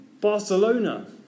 Barcelona